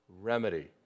remedy